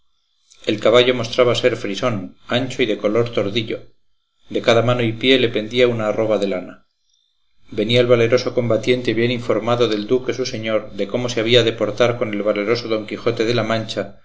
el caballo mostraba ser frisón ancho y de color tordillo de cada mano y pie le pendía una arroba de lana venía el valeroso combatiente bien informado del duque su señor de cómo se había de portar con el valeroso don quijote de la mancha